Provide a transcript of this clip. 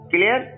Clear